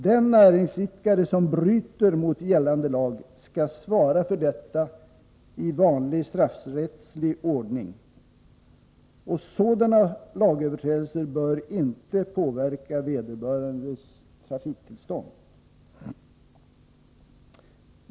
Den näringsidkare som bryter mot gällande lag skall svara för detta i vanlig straffrättslig ordning, och sådana lagöverträdelser bör inte påverka vederbörandes trafiktillstånd.